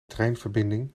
treinverbinding